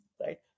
right